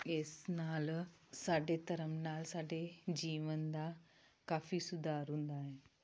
ਇਸ ਨਾਲ ਸਾਡੇ ਧਰਮ ਨਾਲ ਸਾਡੇ ਜੀਵਨ ਦਾ ਕਾਫੀ ਸੁਧਾਰ ਹੁੰਦਾ ਹੈ